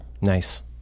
Nice